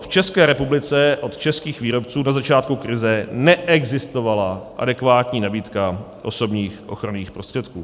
V České republice od českých výrobců na začátku krize neexistovala adekvátní nabídka osobních ochranných prostředků.